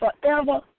forever